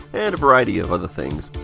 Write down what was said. and a variety of other things.